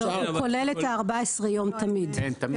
לא, זה כולל את ה-14 יום תמיד.